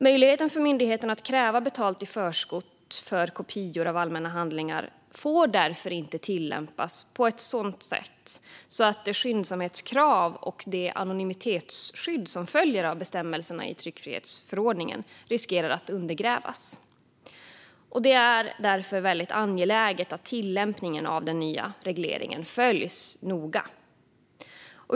Möjligheten för myndigheterna att kräva betalt i förskott för kopior av allmänna handlingar får därför inte tillämpas på ett sådant sätt att det skyndsamhetskrav och det anonymitetsskydd som följer av bestämmelserna i tryckfrihetsförordningen riskerar att undergrävas. Det är därför mycket angeläget att tillämpningen av den nya regleringen följs noga.